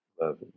Love